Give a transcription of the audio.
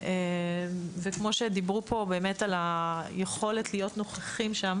כמו שדיברו פה על היכולת להיות נוכחים שם